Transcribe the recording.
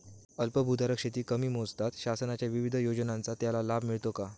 अल्पभूधारक शेती कशी मोजतात? शासनाच्या विविध योजनांचा त्याला लाभ मिळतो का?